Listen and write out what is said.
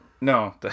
No